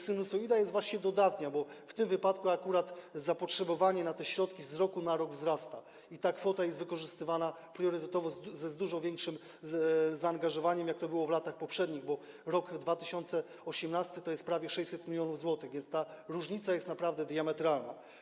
Sinusoida jest właśnie dodatnia, bo w tym wypadku akurat zapotrzebowanie na te środki z roku na rok wzrasta i ta kwota jest wykorzystywana priorytetowo z dużo większym zaangażowaniem, niż to było w latach poprzednich, bo rok 2018 to jest prawie 600 mln zł, więc różnica jest naprawdę diametralna.